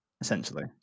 essentially